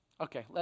Okay